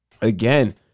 Again